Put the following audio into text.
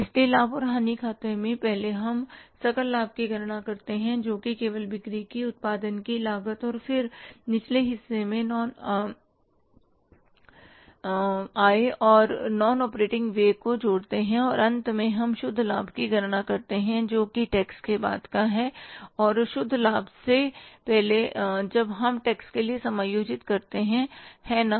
इसलिए लाभ और हानि खाते में पहले हम सकल लाभ की गणना करते हैं जो कि केवल बिक्री से उत्पादन की लागत और फिर निचले हिस्से में आय और व्यय को जोड़ते है अंत में हम शुद्ध लाभ की गणना करते हैं जोकि टैक्स के बाद का है और शुद्ध लाभ से पहले जब हम टैक्स के लिए समायोजित करते हैं है ना